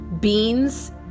beans